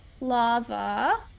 lava